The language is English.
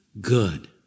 good